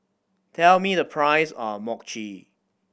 tell me the price of Mochi